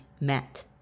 met